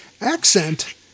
accent